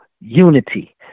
unity